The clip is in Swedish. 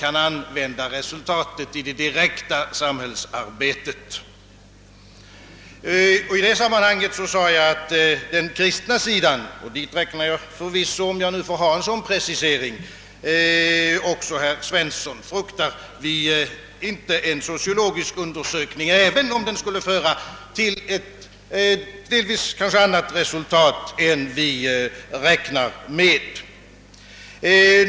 kan användas i det direkta samhällsarbetet. I detta sammanhang sade jag, att den kristna sidan, till vilken — om jag får göra en sådan precisering — jag räknar också herr Svensson i Kungälv, inte fruktar en sociologisk undersökning, även om den skulle föra till ett delvis kanske annat resultat än man räknat med.